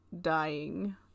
dying